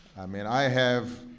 i mean, i have